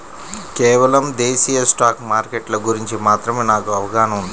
కేవలం దేశీయ స్టాక్ మార్కెట్ల గురించి మాత్రమే నాకు అవగాహనా ఉంది